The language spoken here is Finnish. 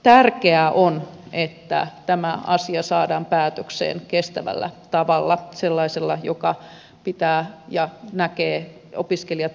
tärkeää on että tämä asia saadaan päätökseen kestävällä tavalla sellaisella joka pitää ja näkee opiskelijat yhdenvertaisena